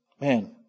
Man